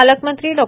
पालकमंत्री डॉ